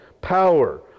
power